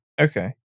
Okay